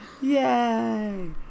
Yay